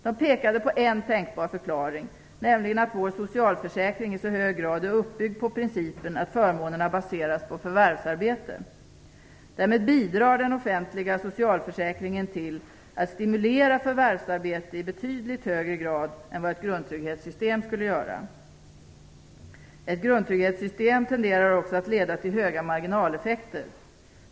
De pekade på en tänkbar förklaring, nämligen att vår socialförsäkring i så hög grad är uppbyggd på principen att förmånerna baseras på förvärvsarbete. Därmed bidrar den offentliga socialförsäkringen till att stimulera förvärvsarbete i betydligt högre grad än vad ett grundtrygghetssystem skulle göra. Ett grundtrygghetssystem tenderar också att leda till höga marginaleffekter.